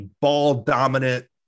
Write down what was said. ball-dominant